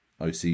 OC